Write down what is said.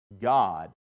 God